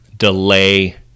delay